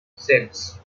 six